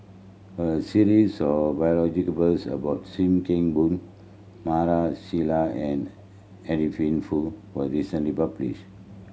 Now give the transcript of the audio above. a series of about Sim Kee Boon Maarof Salleh and Adeline Foo was recently published